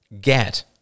get